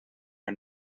are